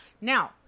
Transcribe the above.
Now